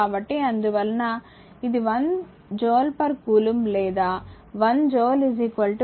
కాబట్టిఅందువలన ఇది 1 జూల్కూలుంబ్ లేదా 1 జూల్ 1 న్యూటన్ మీటర్కూలుంబ్